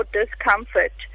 discomfort